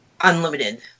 unlimited